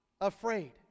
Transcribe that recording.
afraid